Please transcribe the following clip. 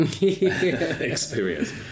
experience